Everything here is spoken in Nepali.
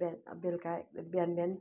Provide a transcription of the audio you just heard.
ब बेलुका बिहान बिहान